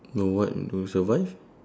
no what to survive